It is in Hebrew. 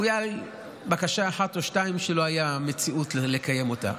אולי בקשה אחת או שתיים לא הייתה מציאות לקיים אותה.